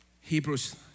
Hebrews